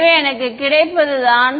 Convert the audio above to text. எனவே எனக்கு கிடைப்பதுதான்